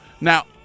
Now